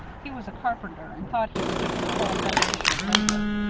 he was a carpenter, and thought he stood for the whole federation of labor.